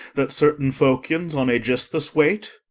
that certain phocians on aegisthus wait?